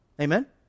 Amen